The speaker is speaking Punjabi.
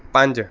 ਪੰਜ